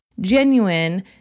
genuine